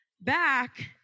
back